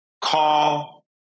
call